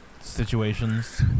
situations